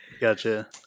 Gotcha